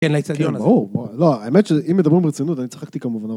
כן להציג כאילו זה - כן, ברור, לא, האמת שאם מדברים ברצינות אני צחקתי כמובן אבל